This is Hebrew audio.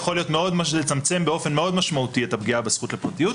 זה יכול לצמצם באופן מאוד משמעותי את הפגיעה בזכות לפרטיות.